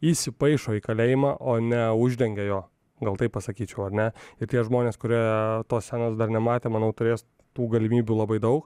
įsipaišo į kalėjimą o ne uždengia jo gal taip pasakyčiau ar ne ir tie žmonės kurie tos scenos dar nematė manau turės tų galimybių labai daug